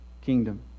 kingdom